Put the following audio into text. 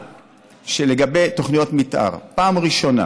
לגבי תוכניות מתאר, פעם ראשונה